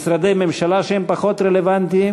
משרדי ממשלה שהם פחות רלוונטיים.